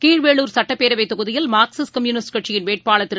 கீழ்வேளூர் சட்டப்பேரவை தொகுதியில் Marxist Communist கட்சியின் வேட்பாளர் திரு